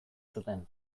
zuten